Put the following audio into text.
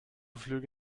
flüge